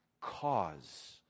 cause